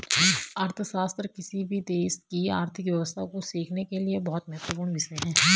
अर्थशास्त्र किसी भी देश की आर्थिक व्यवस्था को सीखने के लिए बहुत महत्वपूर्ण विषय हैं